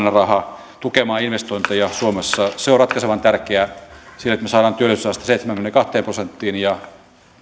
ja suomalaisen rahan tukemaan investointeja suomessa se on ratkaisevan tärkeää siinä että me saamme työllisyysasteen seitsemäänkymmeneenkahteen prosenttiin ja